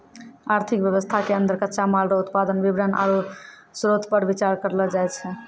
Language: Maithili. आर्थिक वेवस्था के अन्दर कच्चा माल रो उत्पादन वितरण आरु श्रोतपर बिचार करलो जाय छै